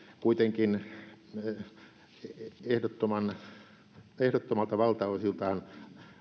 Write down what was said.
kuitenkin ehdottomilta valtaosiltaan